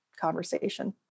conversation